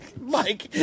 Mike